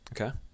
Okay